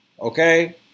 okay